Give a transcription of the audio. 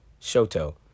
Shoto